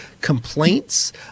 complaints